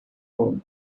code